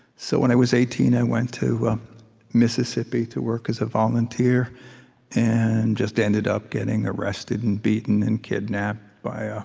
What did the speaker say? so when i was eighteen, i went to mississippi to work as a volunteer and just ended up getting arrested and beaten and kidnapped by ah